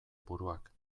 buruak